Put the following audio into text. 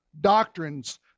doctrines